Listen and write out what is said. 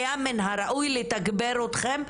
היה מן הראוי לתגבר אתכם,